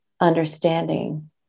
understanding